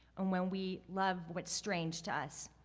and when we love what's strange to us.